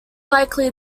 likely